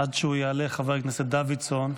עד שהוא יעלה, חבר הכנסת דוידסון,